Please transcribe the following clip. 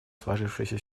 сложившейся